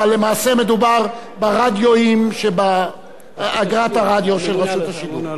אבל למעשה מדובר באגרת הרדיו של רשות השידור,